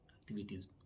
activities